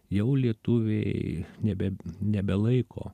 jau lietuviai nebe nebelaiko